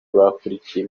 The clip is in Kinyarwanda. bakurikiye